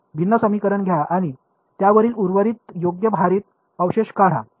भिन्न समीकरण घ्या आणि त्यातील उर्वरित योग्य भारित अवशेष काढा